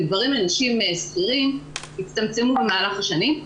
גברים לנשים שכירים הצטמצמו במהלך השנים,